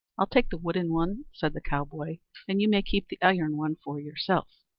i'll take the wooden one, said the cowboy and you may keep the iron one for yourself.